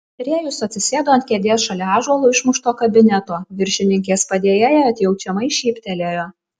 rėjus atsisėdo ant kėdės šalia ąžuolu išmušto kabineto viršininkės padėjėja atjaučiamai šyptelėjo